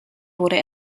wurde